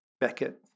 Beckett